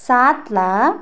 सात लाख